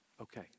okay